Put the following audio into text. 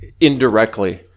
indirectly